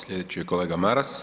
Sljedeći je kolega Maras.